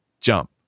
jump